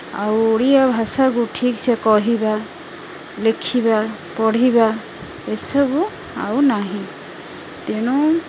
ଆଉ ଓଡ଼ିଆ ଭାଷାକୁ ଠିକ୍ ସେ କହିବା ଲେଖିବା ପଢ଼ିବା ଏସବୁ ଆଉ ନାହିଁ ତେଣୁ